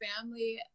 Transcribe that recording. family